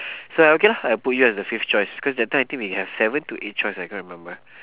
so I okay lah I put you as the fifth choice because that time I think we have seven to eight choice I cannot remember